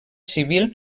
civil